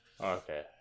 okay